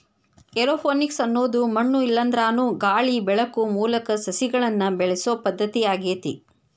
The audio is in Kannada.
ಏರೋಪೋನಿಕ್ಸ ಅನ್ನೋದು ಮಣ್ಣು ಇಲ್ಲಾಂದ್ರನು ಗಾಳಿ ಬೆಳಕು ಮೂಲಕ ಸಸಿಗಳನ್ನ ಬೆಳಿಸೋ ಪದ್ಧತಿ ಆಗೇತಿ